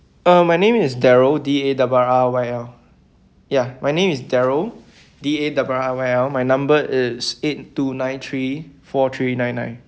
uh my name is darryl D A double R Y L ya my name is darryl D A double R Y L my number is eight two nine three four three nine nine